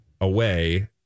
away